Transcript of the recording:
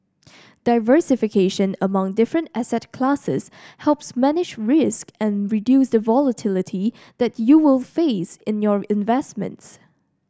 diversification among different asset classes helps manage risk and reduce the volatility that you will face in your investments